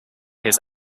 his